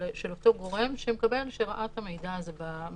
אותו גורם שראה את המידע הזה ברשת.